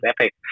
Epic